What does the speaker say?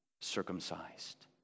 circumcised